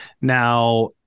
Now